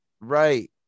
right